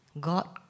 God